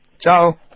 Ciao